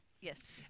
Yes